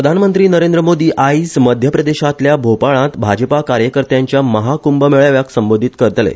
प्रधानमंत्री नरेंद्र मोदी आयज मध्यप्रदेशातल्या भोपाळांत भाजपा कार्यकर्त्याच्या महा कुंभमेळाव्याक संबोधित करतले